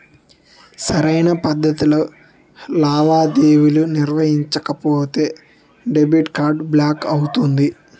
సరైన పద్ధతిలో లావాదేవీలు నిర్వహించకపోతే డెబిట్ కార్డ్ బ్లాక్ అవుతుంది